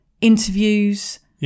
interviews